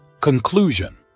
Conclusion